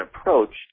approached